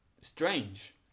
strange